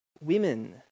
Women